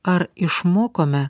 ar išmokome